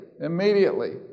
immediately